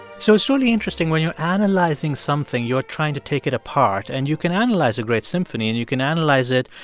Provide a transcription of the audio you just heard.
so it's really interesting. when you're analyzing something, you're trying to take it apart. and you can analyze a great symphony. and you can analyze it,